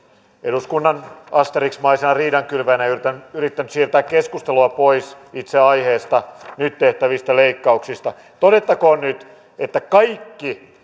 eduskunnan asterixmaisena riidankylväjänä yrittänyt yrittänyt siirtää keskustelua pois itse aiheesta nyt tehtävistä leikkauksista todettakoon nyt että kaikki